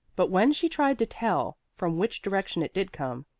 but when she tried to tell from which direction it did come,